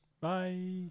bye